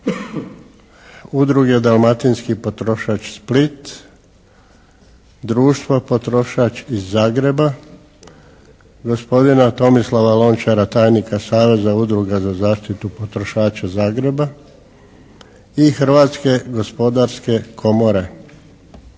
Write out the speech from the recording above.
Udruge dalmatinski potrošač Split, Društvo potrošač iz Zagreba, gospodina Tomsilava Lončara tajnika Saveza udruga za zaštitu potrošača Zagreba i Hrvatske gospodarske komore.